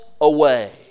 away